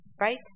right